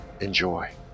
Enjoy